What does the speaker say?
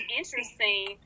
interesting